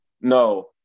No